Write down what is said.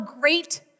great